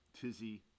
tizzy